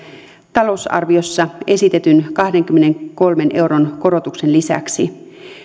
talousarviossa esitetyn kahdenkymmenenkolmen euron korotuksen lisäksi